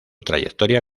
trayectoria